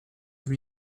give